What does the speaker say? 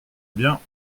bien